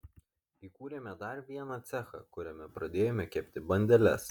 įkūrėme dar vieną cechą kuriame pradėjome kepti bandeles